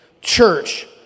church